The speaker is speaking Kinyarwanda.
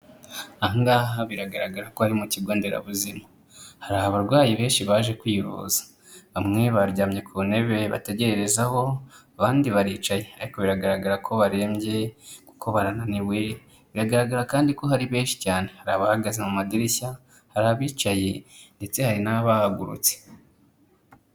Aha ngaha biragaragara ko ari mu kigo nderabuzima. Hari abarwayi benshi baje kwivuza. Bamwe baryamye ku ntebe bategererezaho abandi baricaye ariko biragaragara ko barembye kuko barananiwe biragaragara kandi ko hari benshi cyane hari abahagaze mu madirishya, hari abicaye, ndetse hari n'abahagurutse.